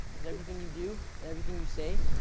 because everything you do, everything you say,